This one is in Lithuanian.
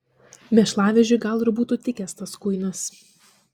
mėšlavežiui gal ir būtų tikęs tas kuinas